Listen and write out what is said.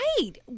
Right